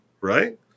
right